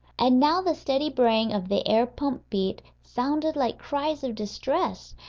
and now the steady braying of the air-pump beat sounded like cries of distress,